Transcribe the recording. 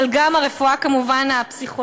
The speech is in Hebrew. אבל גם מהרפואה הפסיכולוגית,